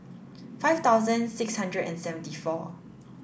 five thousand six hundred and seventy four